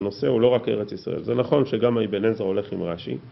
הנושא הוא לא רק ארץ ישראל. זה נכון שגם האיבן עזרא הולך עם רש"י